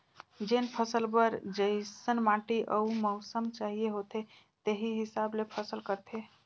जेन फसल बर जइसन माटी अउ मउसम चाहिए होथे तेही हिसाब ले फसल करथे